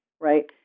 right